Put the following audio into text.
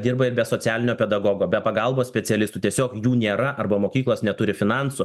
dirba ir be socialinio pedagogo be pagalbos specialistų tiesiog jų nėra arba mokyklos neturi finansų